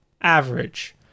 average